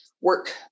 work